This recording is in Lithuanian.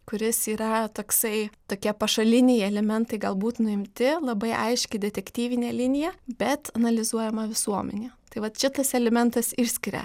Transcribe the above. kuris yra toksai tokie pašaliniai elementai galbūt nuimti labai aiški detektyvinė linija bet analizuojama visuomenė tai vat čia tas elementas išskiria